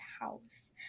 house